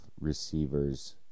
receivers